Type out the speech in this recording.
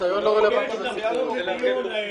הניסיון לא רלוונטי לסיפור הזה.